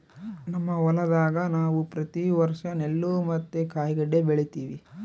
ನಮ್ಮ ಹೊಲದಾಗ ನಾವು ಪ್ರತಿ ವರ್ಷ ನೆಲ್ಲು ಮತ್ತೆ ಕಾಯಿಗಡ್ಡೆ ಬೆಳಿತಿವಿ